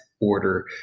Order